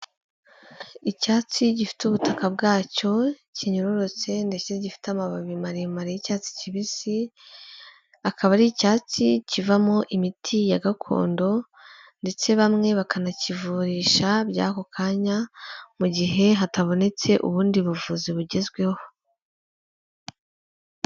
Icyatsi gifite ubutaka bwacyo, kinyororotse ndetse gifite amababi maremare y'icyatsi kibisi, akaba ari icyatsi kivamo imiti ya gakondo ndetse bamwe bakanakivurisha by'ako kanya, mu gihe hatabonetse ubundi buvuzi bugezweho.